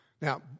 Now